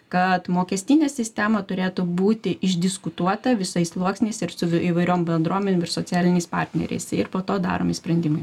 kad mokestinė sistema turėtų būti išdiskutuota visais sluoksniais ir su įvairiom bendruomenėm ir socialiniais partneriais ir po to daromi sprendimai